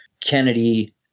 Kennedy